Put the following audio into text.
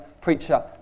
preacher